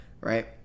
right